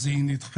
אז היא נדחית